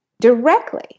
directly